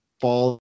fall